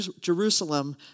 Jerusalem